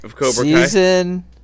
Season